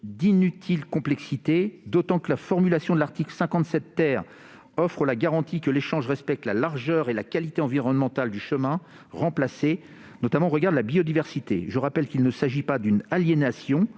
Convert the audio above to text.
d'inutile complexité, d'autant que la formulation de l'article 57 offre la garantie que l'échange respecte la largeur et la qualité environnementale du chemin remplacé, notamment au regard de la biodiversité. Je rappelle qu'il ne s'agit pas d'une aliénation,